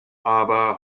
aber